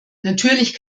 natürlich